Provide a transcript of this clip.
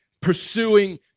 pursuing